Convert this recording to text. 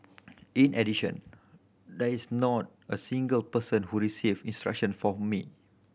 in addition there is not a single person who received instruction for me